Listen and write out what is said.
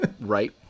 Right